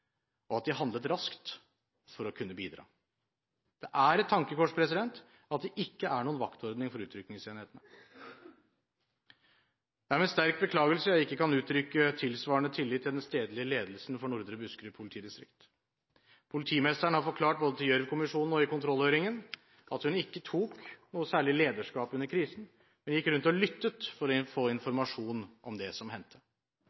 og at de handlet raskt for å kunne bidra. Det er et tankekors at det ikke er noen vaktordning for utrykningsenheten. Det er med sterk beklagelse jeg ikke kan uttrykke tilsvarende tillit til den stedlige ledelsen for Nordre Buskerud politidistrikt. Politimesteren har forklart både til Gjørv-kommisjonen og i kontrollhøringen at hun ikke tok noe særlig lederskap under krisen, men gikk rundt og «lyttet» for å få